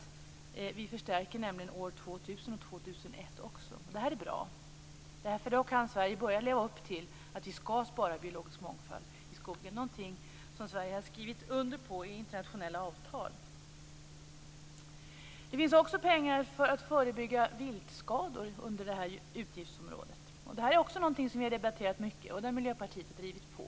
Vi förstärker nämligen också år 2000 och 2001. Och det är bra. Då kan Sverige börja leva upp till att vi skall spara biologisk mångfald i skogen, någonting som Sverige har skrivit under på i internationella avtal. Det finns också pengar för att förebygga viltskador under utgiftsområdet. Det är också någonting som vi har debatterat mycket och där Miljöpartiet har drivit på.